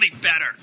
better